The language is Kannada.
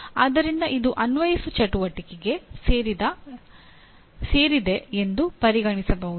ಆದ್ದರಿಂದ ಇದು ಅನ್ವಯಿಸುವ ಚಟುವಟಿಕೆಗೆ ಸೇರಿದೆ ಎಂದು ಪರಿಗಣಿಸಬಹುದು